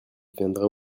viendra